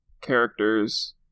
characters